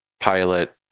pilot